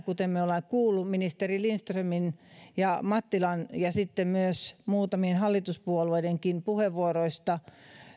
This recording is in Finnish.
kuten me tänään olemme kuulleet ministeri lindströmin ja mattilan ja myös muutamien hallituspuolueidenkin puheenvuoroista